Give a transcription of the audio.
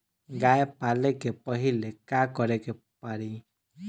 गया पाले से पहिले का करे के पारी?